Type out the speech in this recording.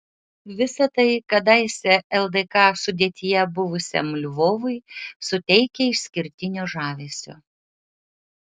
visa tai kadaise ldk sudėtyje buvusiam lvovui suteikia išskirtinio žavesio